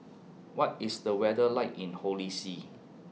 What IS The weather like in Holy See